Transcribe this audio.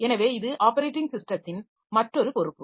எனவே இது ஆப்பரேட்டிங் ஸிஸ்டத்தின் மற்றொரு பொறுப்பு